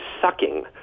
sucking